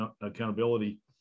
accountability